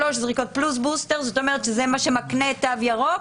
שלוש זריקות פלוס בוסטר מה שמקנה תו ירוק